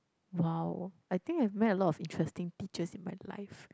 !wow! I think I've met a lot of interesting teachers in my life